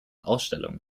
ausstellungen